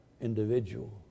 individual